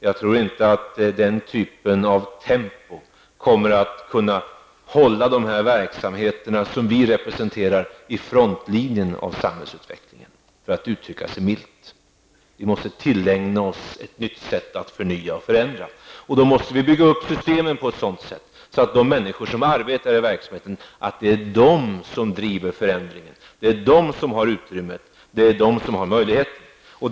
Jag tror inte att ett sådant tempo kommer att kunna hålla dessa verksamheter som vi representerar i frontlinjen av samhällsutvecklingen, för att uttrycka mig milt. Vi måste tillägna oss ett nytt sätt att förnya och förändra på. Vi måste bygga upp systemen på ett sådant sätt att de människor som arbetar inom verksamheten, får driva fram förändringar och beredas utrymme och möjligheter för sina idéer.